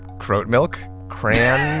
croat milk, cran,